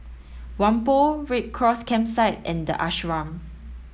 Whampoa Red Cross Campsite and The Ashram